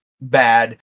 bad